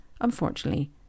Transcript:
unfortunately